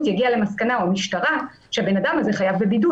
יגיע למסקנה או המשטרה תגיע למסקנה שהבן אדם הזה חייב בבידוד.